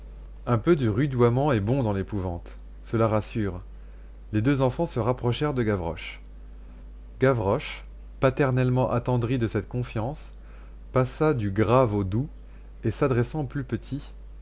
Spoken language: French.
un peu de rudoiement est bon dans l'épouvante cela rassure les deux enfants se rapprochèrent de gavroche gavroche paternellement attendri de cette confiance passa du grave au doux et s'adressant au plus petit